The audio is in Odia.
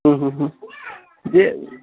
ଉଁ ହୁଁ ହୁଁ ଯେ